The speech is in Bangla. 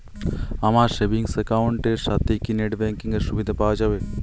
আমার সেভিংস একাউন্ট এর সাথে কি নেটব্যাঙ্কিং এর সুবিধা পাওয়া যাবে?